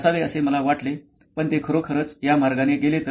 ते असावे असे मला वाटले पण ते खरोखरच या मार्गाने गेले